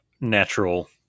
natural